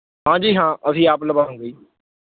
ਹਾਂਜੀ ਹਾਂ ਅਸੀਂ ਆਪ ਲਗਵਾਉੂਂਗੇ ਜੀ